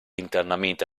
internamente